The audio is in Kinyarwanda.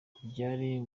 kubyarira